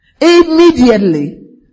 Immediately